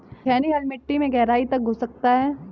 छेनी हल मिट्टी में गहराई तक घुस सकता है